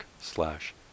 slash